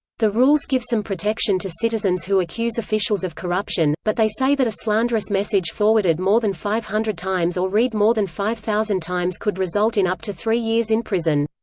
the rules give some protection to citizens who accuse officials of corruption, but they say that a slanderous message forwarded more than five hundred times or read more than five thousand times could result in up to three years in prison.